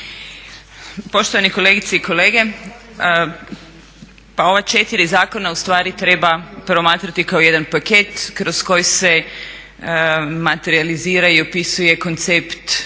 Poštovane kolegice i kolege. Ova četiri zakona ustvari treba promatrati kao jedan paket kroz koji se materijalizira i opisuje koncept